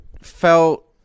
felt